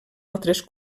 altres